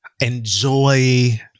enjoy